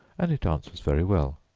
and it answers very well.